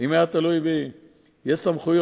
אם יהיה לי חלק בעניין